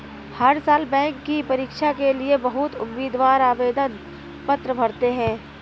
हर साल बैंक की परीक्षा के लिए बहुत उम्मीदवार आवेदन पत्र भरते हैं